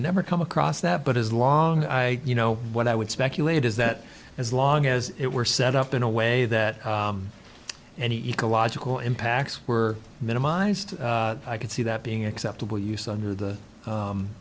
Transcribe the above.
never come across that but as long as i you know what i would speculate is that as long as it were set up in a way that any ecological impacts were minimized i could see that being acceptable use under the